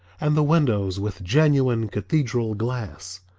and the windows with genuine cathedral glass.